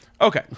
okay